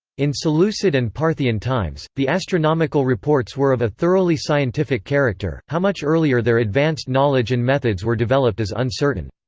in seleucid and parthian times, the astronomical reports were of a thoroughly scientific character how much earlier their advanced knowledge and methods were developed is uncertain.